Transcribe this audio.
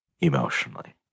Emotionally